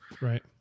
right